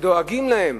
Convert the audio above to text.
שדואגים להם,